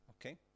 okay